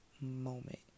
moment